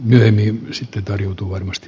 näin ei sitten toteutuu varmasti